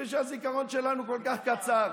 חושבים שהזיכרון שלנו כל כך קצר.